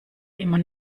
immer